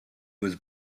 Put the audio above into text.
was